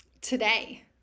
today